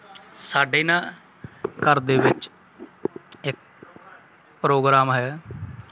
ਸਾਡੇ ਨਾ ਘਰ ਦੇ ਵਿੱਚ ਇੱਕ ਪ੍ਰੋਗਰਾਮ ਹੈ